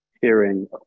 hearing